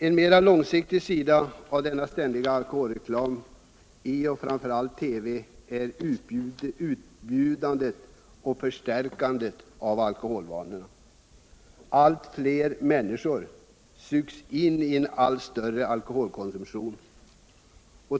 En mer långsiktig följd av denna ständiga alkoholreklam i framför allt TV är förstärkandet av alkoholvanorna. Allt fler människor sugs in i en allt större alkoholkonsumtion.